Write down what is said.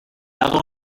aldo